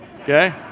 okay